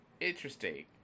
interesting